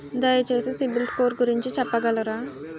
దయచేసి సిబిల్ స్కోర్ గురించి చెప్పగలరా?